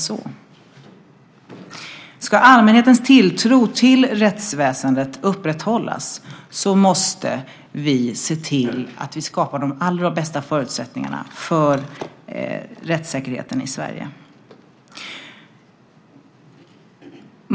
Ska allmänhetens tilltro till rättsväsendet upprätthållas måste vi se till att vi skapar de allra bästa förutsättningarna för rättssäkerheten i Sverige.